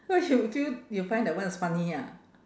why you feel you find that one is funny ah